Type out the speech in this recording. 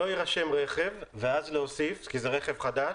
לא יירשם רכב - ואז להוסיף, כי זה רכב חדש